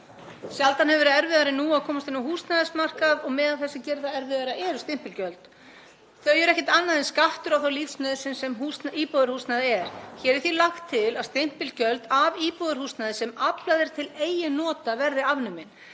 Sjaldan hefur verið erfiðara en nú að komast inn á húsnæðismarkað og meðal þess sem gerir það erfiðara eru stimpilgjöld. Þau eru ekkert annað en skattur á þá lífsnauðsyn sem íbúðarhúsnæði er. Hér er því lagt til að stimpilgjöld af íbúðarhúsnæði sem aflað er til eigin nota verði afnumin.